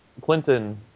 Clinton